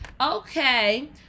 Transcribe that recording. Okay